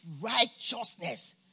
righteousness